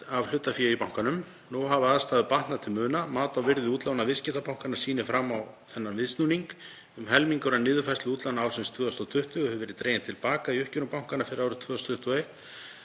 af hlutafé í bankanum. Nú hafa aðstæður batnað til muna. Mat á virði útlána viðskiptabankanna sýnir fram á þennan viðsnúning. Um helmingur af niðurfærslu útlána ársins 2020 hefur verið dreginn til baka í uppgjörum bankanna fyrir árið 2021.